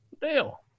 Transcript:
Dale